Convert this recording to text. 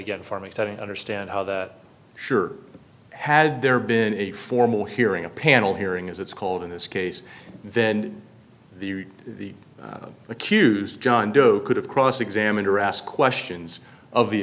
again for me study understand how that sure had there been a formal hearing a panel hearing as it's called in this case then the the accused john doe could have cross examined or ask questions of the